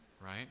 Right